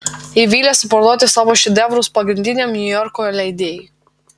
ji vylėsi parduoti savo šedevrus pagrindiniam niujorko leidėjui